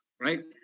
Right